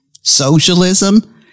socialism